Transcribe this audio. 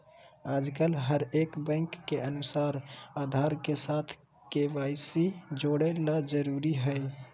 आजकल हरेक बैंक के अनुसार आधार के साथ के.वाई.सी जोड़े ल जरूरी हय